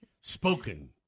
Spoken